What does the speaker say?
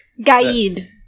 Guide